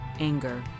anger